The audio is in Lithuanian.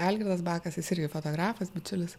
algirdas bakas jis irgi fotografas bičiulis